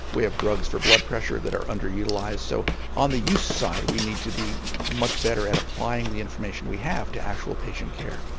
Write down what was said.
we have drugs for blood pressure that are under-utilised. so on the use side we need to be much better at applying the information we have to actual patient care.